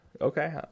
okay